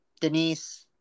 Denise